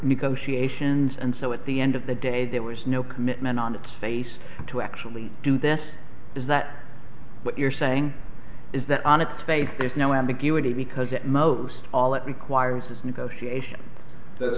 negotiations and so at the end of the day there was no commitment on its face to actually do this is that what you're saying is that on its face there's no ambiguity because at most all it requires is negotiation th